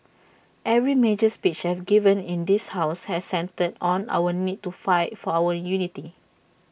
every major speech I've given in this house has centred on our need to fight for our unity